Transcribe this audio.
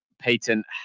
patent